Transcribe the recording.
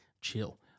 Chill